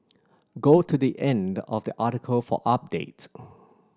go to the end of the article for update